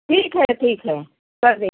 ठीक है ठीक है कर दें